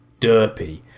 derpy